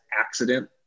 accident